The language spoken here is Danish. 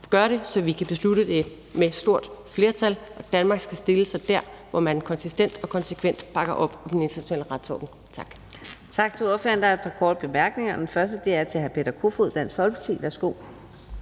gør det, så vi kan beslutte det med stort flertal. Danmark skal stille sig der, hvor man konsistent og konsekvent bakker op om den internationale retsorden. Tak. Kl. 12:34 Fjerde næstformand (Karina Adsbøl): Tak til ordføreren. Der er et par korte bemærkninger. Den første er til hr. Peter Kofod, Dansk Folkeparti. Værsgo.